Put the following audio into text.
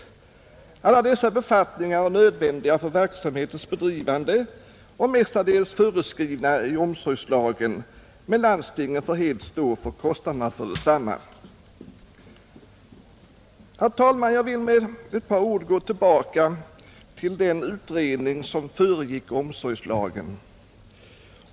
Alla dessa befattningar är nödvändiga för verksamhetens bedrivande och mestadels föreskrivna i omsorgslagen, men landstingen får helt stå för kostnaderna för desamma. Herr talman! Jag vill med ett par ord gå tillbaka till den utredning, som föregick omsorgslagen.